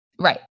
Right